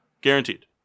Guaranteed